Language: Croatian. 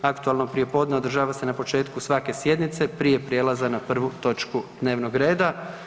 Aktualno prijepodne održava se na početku svake sjednice prije prijelaza na prvu točku dnevnog reda.